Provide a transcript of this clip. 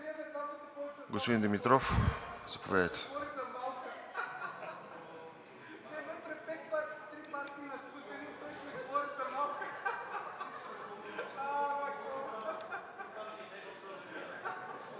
Господин Димитров, заповядайте.